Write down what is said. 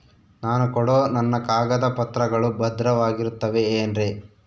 ನಾನು ಕೊಡೋ ನನ್ನ ಕಾಗದ ಪತ್ರಗಳು ಭದ್ರವಾಗಿರುತ್ತವೆ ಏನ್ರಿ?